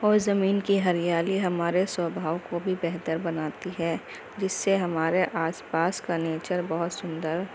وہ زمین کی ہریالی ہمارے سوبھاؤ کو بھی بہتر بناتی ہے جس سے ہمارے آپس پاس کا نیچر بہت سندر